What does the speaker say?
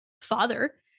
father